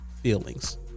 feelings